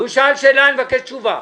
הוא שאל שאלה, אני מבקש תשובה.